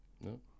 No